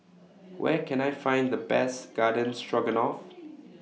Where Can I Find The Best Garden Stroganoff